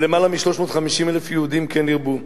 של למעלה מ-350,000 יהודים, כן ירבו,